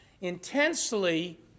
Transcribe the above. intensely